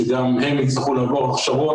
שגם הם יצטרכו לעבור הכשרות.